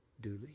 duly